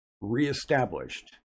reestablished